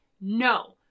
no